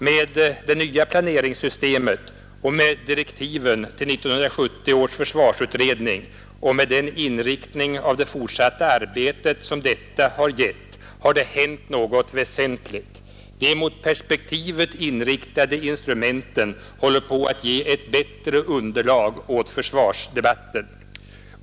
Med det nya planeringssystemet och direktiven till 1970 års försvarsutredning och med den inriktning av det fortsatta arbetet som detta har gett har det hänt något väsentligt. De mot perspektivet inriktade instrumenten håller på att ge ett bättre underlag åt försvarsdebatten.